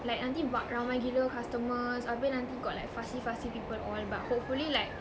like nanti ban~ ramai gila customers habis nanti got like fussy fussy people all but hopefully like